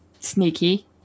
sneaky